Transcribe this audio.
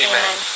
Amen